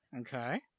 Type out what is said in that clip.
okay